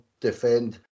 defend